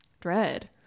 dread